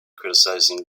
criticizing